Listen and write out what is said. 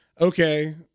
okay